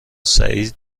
سعید